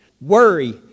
Worry